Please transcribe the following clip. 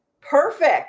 perfect